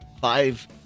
five